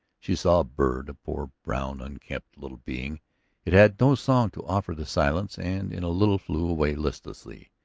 she saw a bird, a poor brown, unkempt little being it had no song to offer the silence, and in a little flew away listlessly.